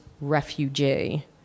refugee